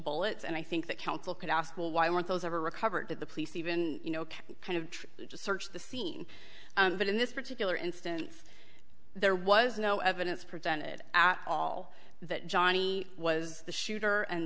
bullets and i think that counsel could ask well why weren't those ever recovered at the police even you know kind of just search the scene but in this particular instance there was no evidence presented at all that johnny was the shooter and